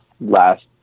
last